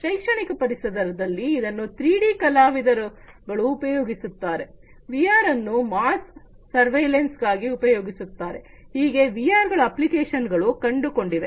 ಶೈಕ್ಷಣಿಕ ಪರಿಸರದಲ್ಲಿ ಇದನ್ನು 3D ಕಲಾವಿದರುಗಳು ಉಪಯೋಗಿಸುತ್ತಾರೆ ವಿಆರ್ ಅನ್ನು ಮಾಸ್ ಸರ್ವೆಲೆನ್ಸ್ ಗಾಗಿ ಉಪಯೋಗಿಸುತ್ತಾರೆ ಹೀಗೆ ವಿಆರ್ ಬಹಳ ಅಪ್ಲಿಕೇಶನ್ಗಳನ್ನು ಕಂಡುಕೊಂಡಿದೆ